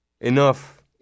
Enough